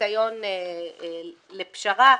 ניסיון לפשרה,